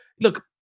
look